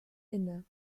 inne